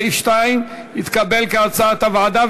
סעיף 2 נתקבל כהצעת הוועדה,